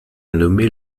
nommer